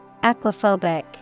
Aquaphobic